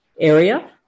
area